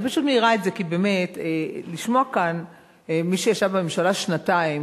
אני פשוט מעירה את זה כי לשמוע כאן ממי שישב בממשלה שנתיים,